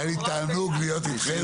היה לי תענוג להיות איתכם,